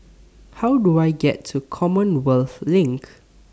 How Do I get to Commonwealth LINK